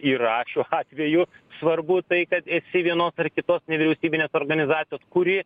yra šiuo atveju svarbu tai kad esi vienos ar kito nevyriausybinės organizacijos kuri